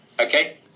Okay